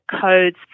codes